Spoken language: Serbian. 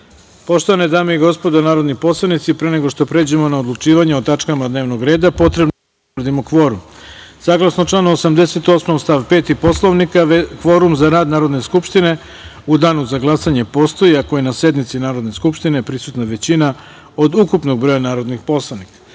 reda. Poštovane dame i gospodo narodni poslanici, pre nego što pređemo na odlučivanje o tačkama dnevnog reda, potrebno je da utvrdimo kvorum. Saglasno članu 88. stav 5. Poslovnika, kvorum za rad Narodne skupštine u danu za glasanje postoji ako na sednici Narodne skupštine prisutna većina od ukupnog broja narodnih poslanika. Molim